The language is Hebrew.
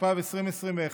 התשפ"ב 2021,